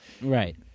Right